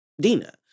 Dina